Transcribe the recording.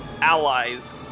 allies